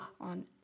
on